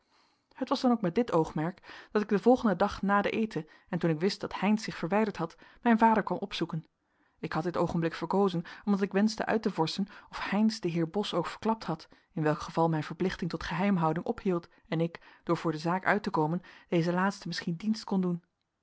het was dan ook met dit oogmerk dat ik den volgenden dag na den eten en toen ik wist dat heynsz zich verwijderd had mijn vader kwam opzoeken ik had dit oogenblik verkozen omdat ik wenschte uit te vorschen of heynsz den heer bos ook verklapt had in welk geval mijn verplichting tot geheimhouding ophield en ik door voor de zaak uit te komen dezen laatste misschien dienst kon doen